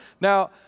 Now